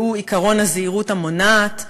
והוא עקרון הזהירות המונעת,